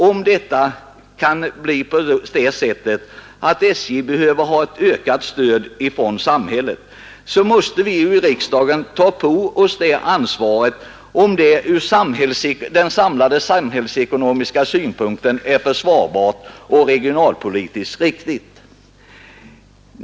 Om SJ behöver ett ökat stöd från samhället, så måste vi i riksdagen ta på oss det ansvaret, om det ur hela samhällsekonomins synpunkt är försvarbart och regionalpolitiskt riktigt.